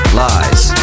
lies